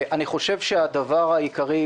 אני חושב שהדבר העיקרי,